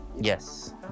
Yes